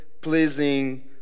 pleasing